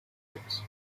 drinks